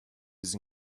his